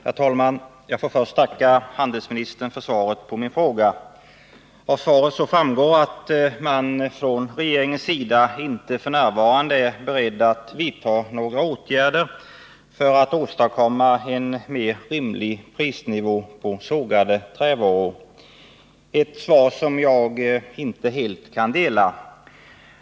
Herr talman! Jag får först tacka handelsministern för svaret på min fråga. Av svaret framgår att man från regeringens sida f. n. inte är beredd att vidta några åtgärder för att åstadkomma en mer rimlig prisnivå på sågade trävaror. Det är ett svar som jag inte är helt nöjd med.